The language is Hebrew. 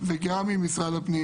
וגם ממשרד הפנים